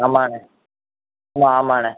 ஆமாண்ணே ஆமாம் ஆமாண்ணே